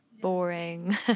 boring